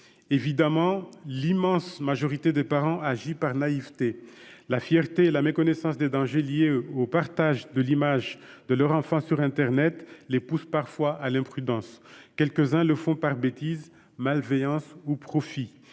Évidemment, l'immense majorité des parents agit par naïveté. La fierté et la méconnaissance des dangers liés au partage de l'image de leur enfant sur internet les poussent parfois à l'imprudence. Quelques-uns le font par bêtise, malveillance ou profit.